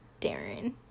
Darren